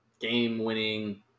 game-winning